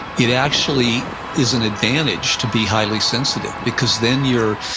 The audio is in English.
it actually is an advantage to be highly sensitive because then you're,